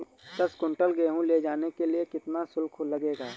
दस कुंटल गेहूँ ले जाने के लिए कितना शुल्क लगेगा?